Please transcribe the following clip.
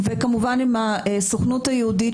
וכמובן עם הסוכנות היהודית,